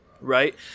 Right